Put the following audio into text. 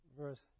verse